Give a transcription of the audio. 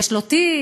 יש לו תיק,